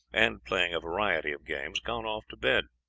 and playing a variety of games, gone off to bed